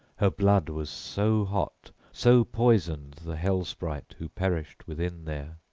her blood was so hot, so poisoned the hell-sprite who perished within there.